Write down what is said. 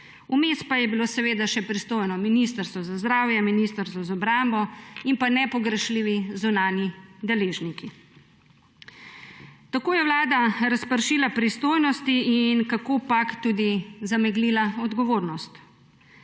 Vmes pa je bilo seveda pristojno še Ministrstvo za zdravje, Ministrstvo za obrambo in pa nepogrešljivi zunanji deležniki. Tako je Vlada razpršila pristojnosti in kakopak tudi zameglila odgovornost.